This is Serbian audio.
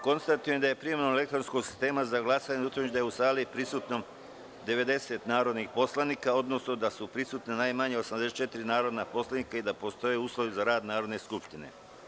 Konstatujem da je primenom elektronskog sistema za glasanje utvrđeno da je u sali prisutno 90 narodnih poslanika, odnosno da su prisutna najmanje 84 narodna poslanika i da postoje uslovi za rad Narodne skupštine.